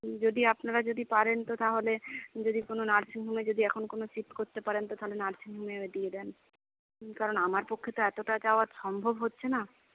যদি আপনারা যদি পারেন তো তাহলে যদি কোনো নার্সিংহোমে যদি এখন কোনো শিফট করতে পারেন তো তাহলে নার্সিংহোমে দিয়ে দেন কারণ আমার পক্ষে তো এতটা যাওয়া সম্ভব হচ্ছেনা